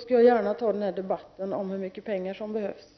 skall då gärna ta debatten om hur mycket pengar som behövs.